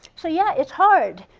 so, yeah, it's hard.